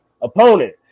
opponent